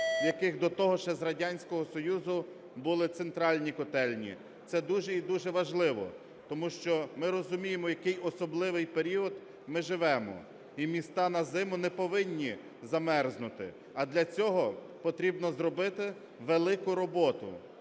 яких до того ще з Радянського Союзу були центральні котельні. Це дуже і дуже важливо, тому що ми розуміємо, в який особливий період ми живемо, і міста на зиму не повинні замерзнути, а для цього потрібно зробити велику роботу,